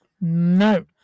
No